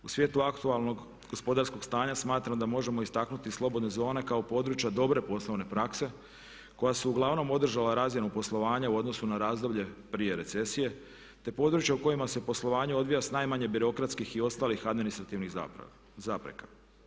U svijetu aktualnog gospodarskog stanja smatram da možemo istaknuti slobodne zone kao područja dobre poslovne prakse koja su uglavnom održala razinu poslovanja u odnosu na razdoblje prije recesije te područja u kojima se poslovanje odvija sa najmanje birokratskih i ostalih administrativnih zapreka.